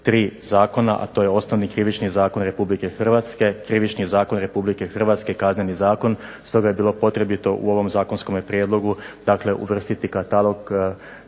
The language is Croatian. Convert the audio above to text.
tri zakona, a to je Osnovni krivični zakon Republike Hrvatske, Krivični zakon Republike Hrvatske i Kazneni zakon. Stoga je bilo potrebito u ovom zakonskom prijedlogu uvrstiti katalog